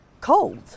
cold